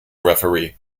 referee